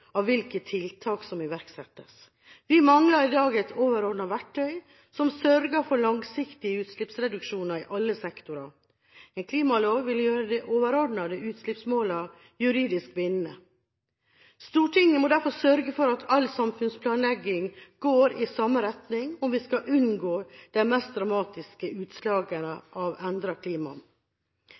av hvilke tiltak som iverksettes. Vi mangler i dag et overordnet verktøy som sørger for langsiktige utslippsreduksjoner i alle sektorer. En klimalov vil gjøre de overordnede utslippsmålene juridisk bindende. Stortinget må derfor sørge for at all samfunnsplanlegging går i samme retning, om vi skal unngå de mest dramatiske utslagene av